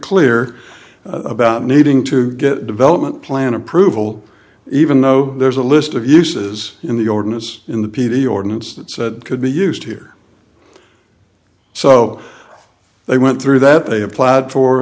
clear about needing to get a development plan approval even though there's a list of uses in the ordinance in the p d ordinance that said could be used here so they went through that they applied for